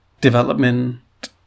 development